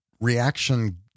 reaction